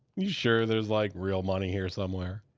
you sure there's like real money here somewhere?